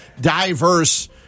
diverse